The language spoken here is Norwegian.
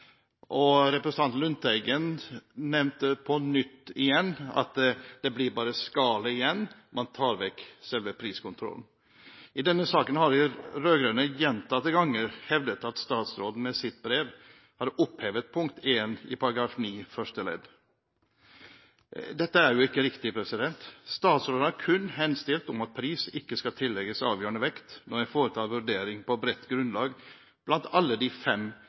rett. Representanten Lundteigen nevnte på nytt at det bare blir skallet igjen når man tar vekk selve priskontrollen. I denne saken har de rød-grønne gjentatte ganger hevdet at statsråden med sitt brev har opphevet i § 9 første ledd nr. 1. Dette er ikke riktig. Statsråden har kun henstilt om at pris ikke skal tillegges avgjørende vekt når en foretar vurdering på bredt grunnlag blant alle de fem